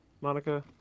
Monica